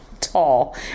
tall